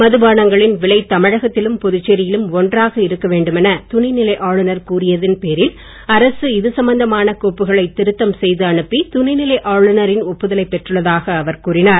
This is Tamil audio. மது பானங்களின் விலை தமிழகத்திலும் புதுச்சேரியிலும் ஒன்றாக இருக்க வேண்டும் என துணைநிலை ஆளுநர் கூறியதன் பேரில் அரசு இது சம்பந்தமான கோப்புகளை திருத்தம் செய்து அனுப்பி துணைநிலை ஆளுநரின் ஒப்புதலை பெற்றுள்ளதாக அவர் கூறினார்